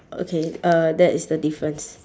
okay uh that is the difference